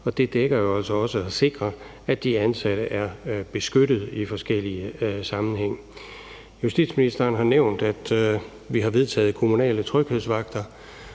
altså også at sikre, at de ansatte er beskyttet i forskellige sammenhænge. Justitsministeren har nævnt, at vi har vedtaget kommunale tryghedsvagter.